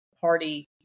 party